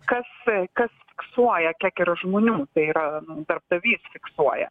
kas kas fiksuoja kiek yra žmonių tai yra nu darbdavys fiksuoja